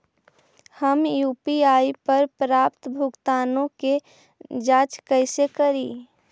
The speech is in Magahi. हम यु.पी.आई पर प्राप्त भुगतानों के जांच कैसे करी?